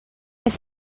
elle